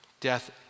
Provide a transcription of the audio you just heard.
death